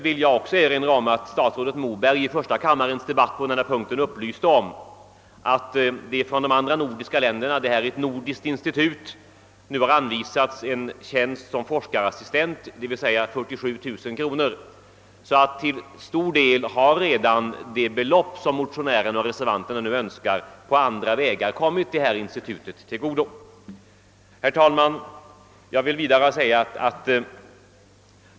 Vid första kammarens debatt på denna punkt upplyste statsrådet Moberg om att från de övriga nordiska länderna — detta institut är nordiskt — har anvisats 47 000 kronor för inrättandet av en tjänst som forskarassistent. Till stor del har sålunda det belopp som motionärerna och reservanterna hemställt om på andra vägar kommit institutet till del.